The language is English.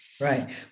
Right